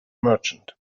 merchant